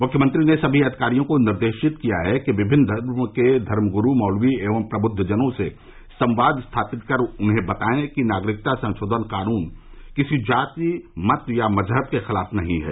मुख्यमंत्री ने सभी अधिकारियों को निर्देशित किया कि विभिन्न धर्मो के धर्मगुरू मौलवी एवं प्रबुद्दजनों से संवाद स्थापित कर उन्हें बताएं कि नागरिकता संशोधन कानून किसी जाति मत या मजहब के खिलाफ नहीं है